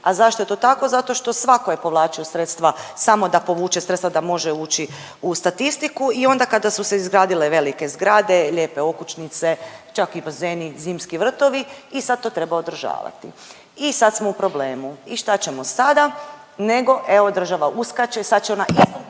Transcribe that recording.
A zašto je to tako? Zato što svatko je povlačio sredstva, samo da povuče sredstva, da može ući u statistiku i onda kada su se izgradile velike zgrade, lijepe okućnice, čak i bazeni, zimski vrtovi i sad to treba održavati. I sad smo u problemu i šta ćemo sada, nego evo država uskače, sad će ona istom